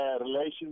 relations